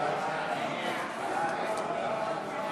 הצעת הוועדה